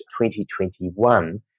2021